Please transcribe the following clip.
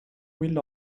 will